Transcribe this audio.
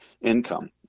income